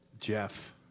Jeff